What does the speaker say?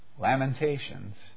Lamentations